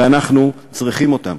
ואנחנו צריכים אותן.